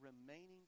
remaining